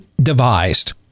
devised